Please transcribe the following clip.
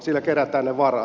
sillä kerätään ne varat